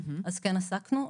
כן עסקנו,